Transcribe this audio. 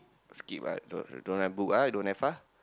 skip ah don't don't have book ah you don't have ah